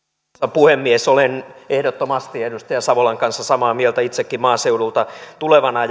puhemies olen ehdottomasti edustaja savolan kanssa samaa mieltä itsekin maaseudulta tulevana